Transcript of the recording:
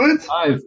Five